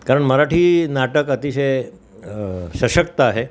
कारण मराठी नाटक अतिशय सशक्त आहे